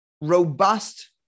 robust